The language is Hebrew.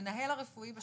המנהל הרפואי בשטח.